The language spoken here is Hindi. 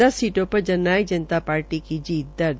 दस सीटों पर जन नायक जनता पार्टी की जीत दर्ज